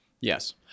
Yes